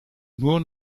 nur